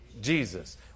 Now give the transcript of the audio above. Jesus